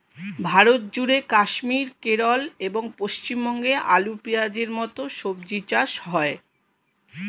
ভারতজুড়ে কাশ্মীর, কেরল এবং পশ্চিমবঙ্গে আলু, পেঁয়াজের মতো সবজি চাষ হয়